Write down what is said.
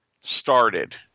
started